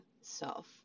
self